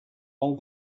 all